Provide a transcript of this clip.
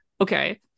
okay